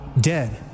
dead